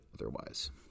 otherwise